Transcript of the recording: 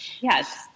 Yes